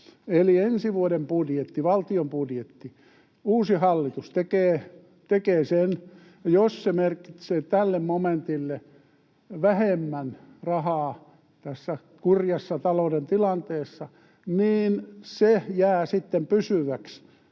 Eli ensi vuoden budjetin, valtion budjetin, tekee uusi hallitus, ja jos se merkitsee tälle momentille vähemmän rahaa tässä kurjassa talouden tilanteessa, niin se jää sitten pysyväksi